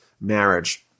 marriage